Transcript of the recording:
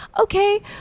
okay